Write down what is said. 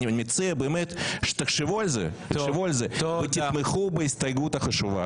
אני מציע באמת שתחשבו על זה ותתמכו בהסתייגות החשובה הזאת.